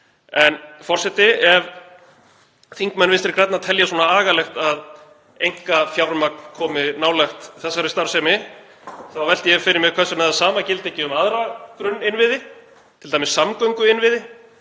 Forseti. Ef þingmenn Vinstri grænna telja svona agalegt að einkafjármagn komi nálægt þessari starfsemi þá velti ég fyrir mér hvers vegna það sama gildi ekki um aðra grunninnviði, t.d. samgönguinnviði